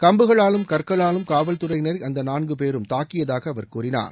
கம்புகளாலும் கற்களாலும் காவல்துறையினரை அந்த நான்கு பேரும் தாக்கியதாக அவர் கூறினார்